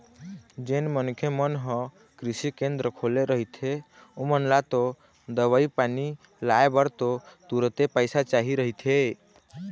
जेन मनखे मन ह कृषि केंद्र खोले रहिथे ओमन ल तो दवई पानी लाय बर तो तुरते पइसा चाही रहिथे